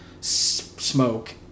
smoke